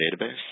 database